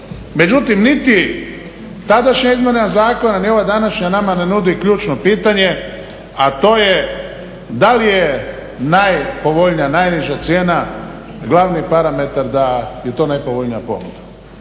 Međutim, niti tadašnja izmjena zakona ni ova današnja nama ne nudi ključno pitanje, a to je da li je najpovoljnija, najniža cijena glavni parametar da je to najpovoljnija ponuda.